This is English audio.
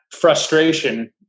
frustration